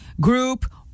group